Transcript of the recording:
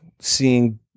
seeing